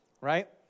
right